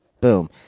Boom